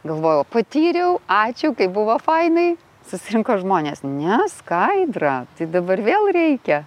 galvojau patyriau ačiū kaip buvo fainai susirinko žmonės ne skaidra tai dabar vėl reikia